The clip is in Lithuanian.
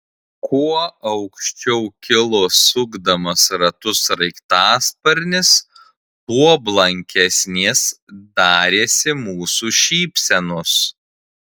kuo aukščiau kilo sukdamas ratus sraigtasparnis tuo blankesnės darėsi mūsų šypsenos